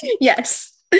yes